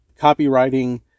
copywriting